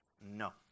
No